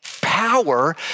power